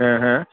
हा हा